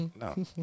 no